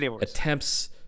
attempts